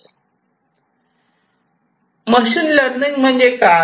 machine learning म्हणजे काय